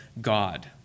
God